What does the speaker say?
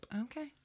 Okay